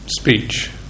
speech